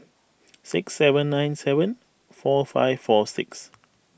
six seven nine seven four five four six